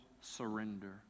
surrender